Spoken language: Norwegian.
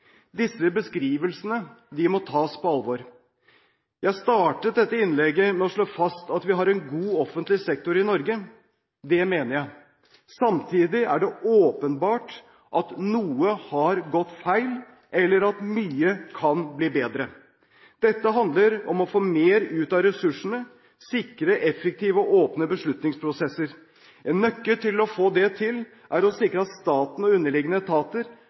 Disse beskrivelsene må tas på alvor. Jeg startet dette innlegget med å slå fast at vi har en god offentlig sektor i Norge, og det mener jeg. Samtidig er det åpenbart at noe har gått feil, eller at mye kan bli bedre. Dette handler om å få mer ut av ressursene og sikre effektive og åpne beslutningsprosesser. En nøkkel til å få til det, er å sikre at staten og underliggende etater